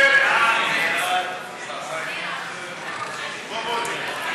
הייתי מציע לדוד ביטן ולאיציק שמולי להתקזז,